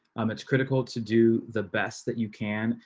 um it's critical to do the best that you can,